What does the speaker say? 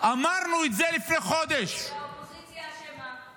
אמרנו את זה לפני חודש --- והאופוזיציה אשמה.